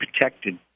protected